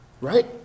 Right